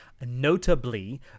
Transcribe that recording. Notably